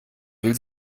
will